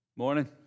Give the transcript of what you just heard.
morning